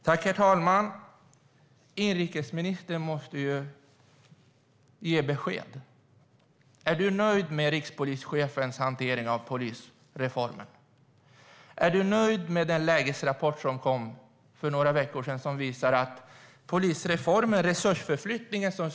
Herr talman! Inrikesministern måste ju ge besked. Är han nöjd med rikspolischefens hantering av polisreformen? Är han nöjd med den lägesrapport som kom för några veckor om polisreformen och resursförflyttningen?